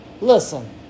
Listen